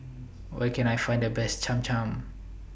Where Can I Find The Best Cham Cham